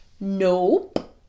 Nope